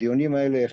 לדיורים האלה.